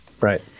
Right